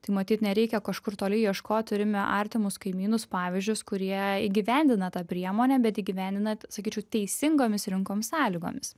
tai matyt nereikia kažkur toli ieškot turime artimus kaimynus pavyzdžius kurie įgyvendina tą priemonę bet įgyvendinant sakyčiau teisingomis rinkoms sąlygomis